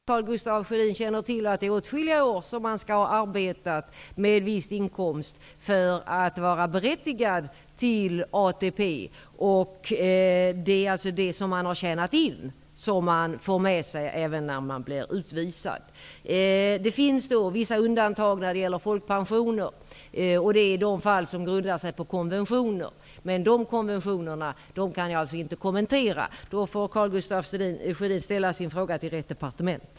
Fru talman! Om jag skall börja med att ytterligare kommentera Karl Gustaf Sjödins fråga kan jag säga att den som blir utvisad inte får folkpension men intjänad ATP. Jag tror att Karl Gustaf Sjödin känner till att det är åtskilliga år med viss inkomst som man skall ha arbetat för att vara berättigad till ATP. Det är alltså det som man har tjänat in som man får med sig även när man blir utvisad. Det finns vissa undantag när det gäller folkpensioner. Det är de fall som grundar sig på konventioner, men de konventionerna kan jag inte kommentera. Karl Gustaf Sjödin får ställa sin fråga till rätt departement.